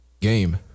game